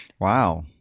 Wow